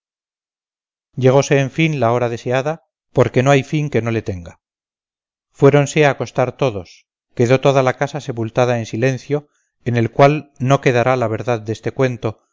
esposa llegóse en fin la hora deseada porque no hay fin que no le tenga fuéronse a acostar todos quedó toda la casa sepultada en silencio en el cual no quedará la verdad deste cuento